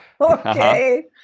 okay